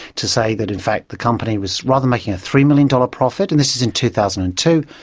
to say that in fact the company was rather making a three million dollars profit, and this is in two thousand and two,